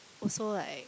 also like